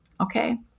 Okay